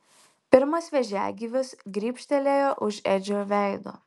pirmas vėžiagyvis grybštelėjo už edžio veido